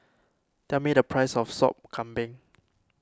tell me the price of Sop Kambing